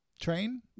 Train